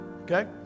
okay